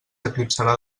eclipsarà